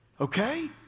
Okay